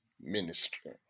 ministry